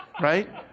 Right